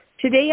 Today